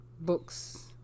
books